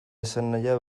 esanahia